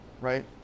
right